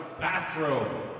bathroom